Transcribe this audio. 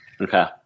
Okay